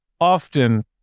often